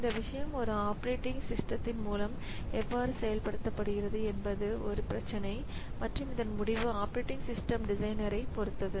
இந்த விஷயம் ஒரு ஆப்பரேட்டிங் சிஸ்டம் மூலம் எவ்வாறு செயல்படுத்தப்படுகிறது என்பது ஒரு பிரச்சினை மற்றும் இதன் முடிவு ஆப்பரேட்டிங் சிஸ்டம் டிசைனர் பொருத்தது